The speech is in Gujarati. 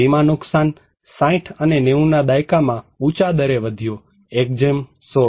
વિમા નુકસાન 60 અને 90 ના દાયકામાં ઊંચા દરે વધ્યો 116